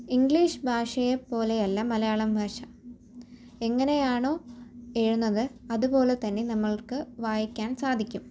English ഭാഷയെ പോലെ അല്ല മലയാളം ഭാഷ എങ്ങ്എയാണോ എഴുതുന്നത് അതുപോലെ തന്നെ നമ്മൾക്ക് വായിക്കാൻ സാധിക്കും